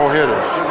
hitters